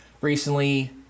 recently